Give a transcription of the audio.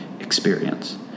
experience